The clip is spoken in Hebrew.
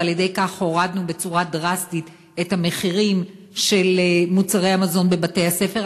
ועל-ידי כך הורדנו בצורה דרסטית את המחירים של מוצרי המזון בבתי-הספר.